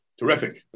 Terrific